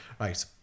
right